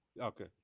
Okay